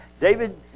David